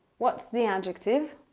what's the adjective?